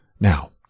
Now